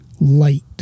light